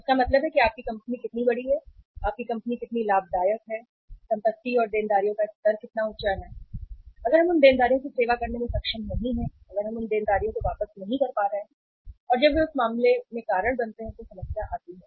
तो इसका मतलब है कि आपकी कंपनी कितनी बड़ी है आपकी कंपनी कितनी लाभदायक है संपत्ति और देनदारियों का स्तर कितना ऊंचा है अगर हम उन देनदारियों की सेवा करने में सक्षम नहीं हैं अगर हम उन देनदारियों को वापस नहीं कर पा रहे हैं और जब वे उस मामले में कारण बनते हैं तो समस्या आती है